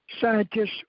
scientists